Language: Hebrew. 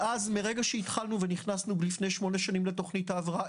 מרגע שנכנסנו לפני שמונה שנים לתוכנית ההבראה